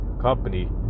company